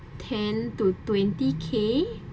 ten to twenty k